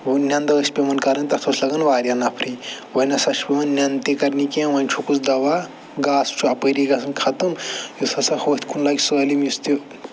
وٕنٮ۪نٛدٕ ٲسۍ پٮ۪وان کَرٕنۍ تتھ اوس لَگان وارِیاہ نفری وَنہِ ہسا چھِ وَنٮ۪نٛد تہِ کَرنہِ کیٚنٛہہ وۄنۍ چھوٚکُس دَوا گاسہٕ چھُ اَپٲری گَژھان ختم یُس ہَسا ہوٚتھ کُنۍ لَگہِ سٲلِم یُس تہِ